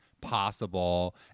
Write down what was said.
possible